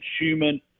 Schumann